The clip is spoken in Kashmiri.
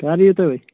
کر ییٖیِو تُہۍ وۄنۍ